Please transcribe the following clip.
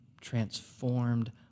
transformed